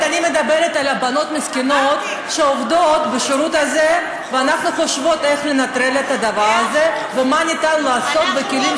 הדבר העיקרי שאמרתי זה שהיא צודקת.